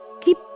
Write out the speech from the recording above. Keep